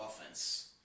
offense